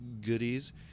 goodies